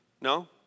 no